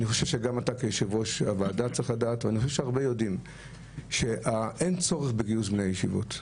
וגם אתה כיושב-ראש ועדה יודע והרבה יודעים שאין צורך בגיוס בני הישיבות.